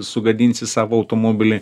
sugadinsi savo automobilį